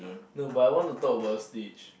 no but I want to talk about Stitch